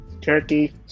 Turkey